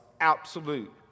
absolute